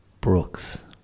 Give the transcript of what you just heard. brooks